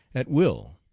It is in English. at will